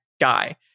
guy